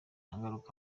ngaruka